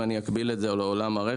אם אני אקביל את זה לעולם הרכב,